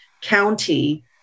county